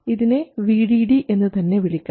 ഇതിനെ VDD എന്ന് തന്നെ വിളിക്കാം